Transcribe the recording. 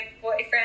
boyfriend